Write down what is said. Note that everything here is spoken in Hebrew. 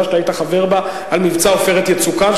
שאתה היית חבר בה על מבצע "עופרת יצוקה".